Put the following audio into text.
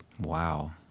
Wow